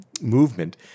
movement